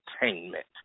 entertainment